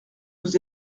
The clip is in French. vous